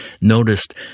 noticed